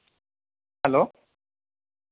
hello